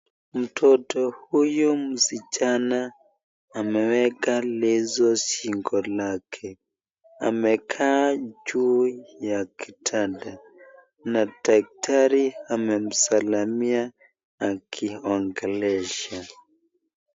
Mtoto huyu msichana ameweka leso shingo lake. Amekaa ju ya kitanda na daktari amemsalimia akimwongelesha.